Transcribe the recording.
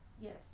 Yes